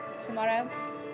Tomorrow